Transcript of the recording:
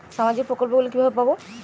সামাজিক প্রকল্প গুলি কিভাবে পাব?